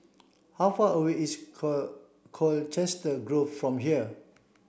how far away is Colchester Grove from here